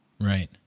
Right